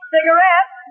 Cigarettes